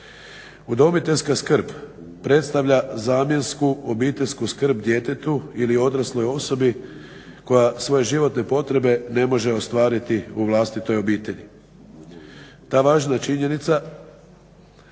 Udomiteljska skrb predstavlja zamjensku, obiteljsku skrb djetetu ili odrasloj osobi koja svoje životne potrebe ne može ostvariti u vlastitoj obitelji. Ta važna činjenica